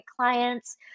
clients